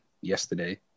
yesterday